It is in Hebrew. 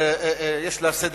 שיש לה סדר